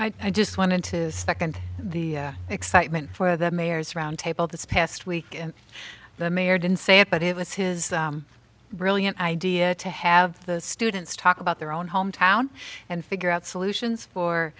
please i just wanted to spec and the excitement for the mayor's roundtable this past week and the mayor didn't say it but it was his brilliant idea to have the students talk about their own hometown and figure out solutions for